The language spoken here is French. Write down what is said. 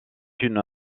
une